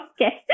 Okay